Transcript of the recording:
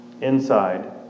inside